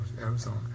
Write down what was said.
Arizona